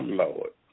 lord